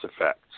effects